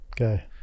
Okay